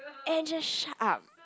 and just shut up